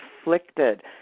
afflicted